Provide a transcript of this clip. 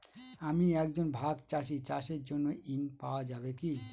আমি একজন ভাগ চাষি চাষের জন্য ঋণ পাওয়া যাবে কি?